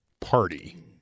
party